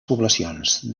poblacions